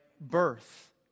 birth